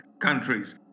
countries